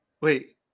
Wait